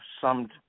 summed